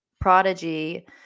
*Prodigy*